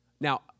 Now